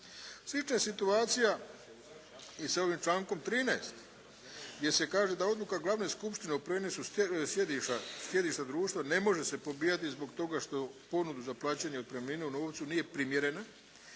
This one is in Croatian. Slična je situacija i sa ovim člankom 13. gdje se kaže da odluka glavne skupštine o prijenosu sjedišta društva ne može se pobijati zbog toga što ponudu za plaćanje otpremnine u novcu nije primjerena